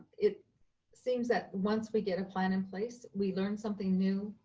it seems that once we get a plan in place, we learn something new.